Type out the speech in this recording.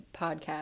podcast